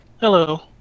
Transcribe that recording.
Hello